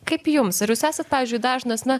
kaip jums ar jūs esat pavyzdžiui dažnas ne